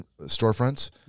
storefronts